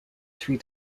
three